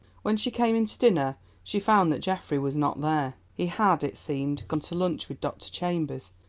when she came in to dinner she found that geoffrey was not there. he had, it seemed, gone to lunch with dr. chambers,